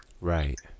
Right